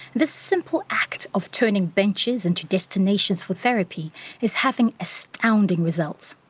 this simple act of turning benches into destinations for therapy is having astounding results.